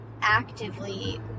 actively